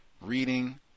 reading